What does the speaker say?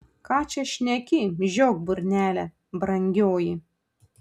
ką čia šneki žiok burnelę brangioji